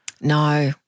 No